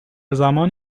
زمان